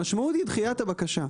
המשמעות היא דחיית הבקשה.